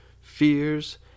fears